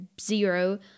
zero